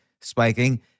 spiking